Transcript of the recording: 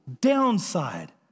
downside